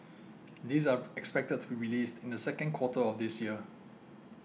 these are expected to be released in the second quarter of this year